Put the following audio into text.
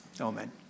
Amen